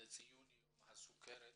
לציון יום הסוכרת